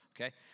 okay